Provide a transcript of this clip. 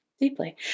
deeply